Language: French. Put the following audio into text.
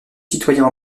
citoyen